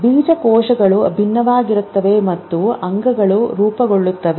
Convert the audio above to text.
ಜೀವಕೋಶಗಳು ಭಿನ್ನವಾಗಿರುತ್ತವೆ ಮತ್ತು ಅಂಗಗಳು ರೂಪಗೊಳ್ಳುತ್ತವೆ